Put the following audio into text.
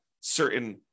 certain